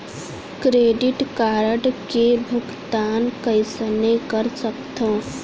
Credit card के भुगतान कइसने कर सकथो?